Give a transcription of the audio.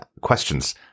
questions